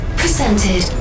presented